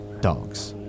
dogs